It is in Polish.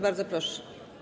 Bardzo proszę.